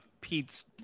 Pete's